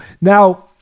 Now